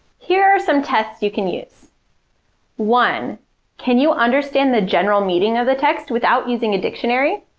here are some tests you can use one can you understand the general meaning of the text without using a dictionary?